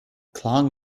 klang